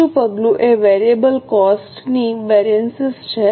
ત્રીજું પગલું એ વેરિયેબલ કોસ્ટની વેરિએન્સીસ છે